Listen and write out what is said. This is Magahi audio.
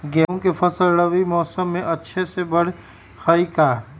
गेंहू के फ़सल रबी मौसम में अच्छे से बढ़ हई का?